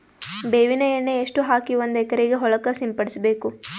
ಬೇವಿನ ಎಣ್ಣೆ ಎಷ್ಟು ಹಾಕಿ ಒಂದ ಎಕರೆಗೆ ಹೊಳಕ್ಕ ಸಿಂಪಡಸಬೇಕು?